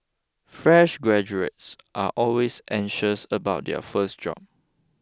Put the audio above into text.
fresh graduates are always anxious about their first job